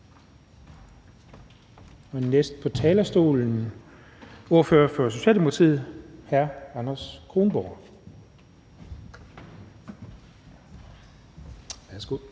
Den næste på talerstolen er ordføreren for Socialdemokratiet, hr. Anders Kronborg. Værsgo.